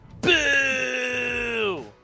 Boo